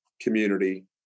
community